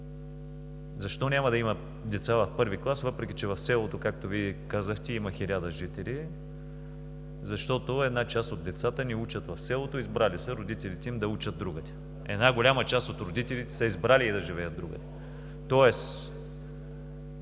Защо няма да има деца в I клас, въпреки че в селото, както Вие казахте, има 1000 жители? Защото една част от децата не учат в селото, родителите им са избрали да учат другаде. Една голяма част от родителите са избрали да живеят другаде.